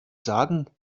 sagen